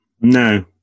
No